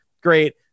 Great